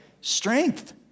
strength